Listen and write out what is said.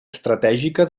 estratègica